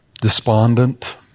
despondent